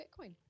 Bitcoin